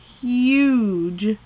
huge